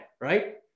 right